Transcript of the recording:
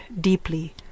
deeply